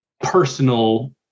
personal